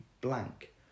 blank